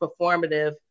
performative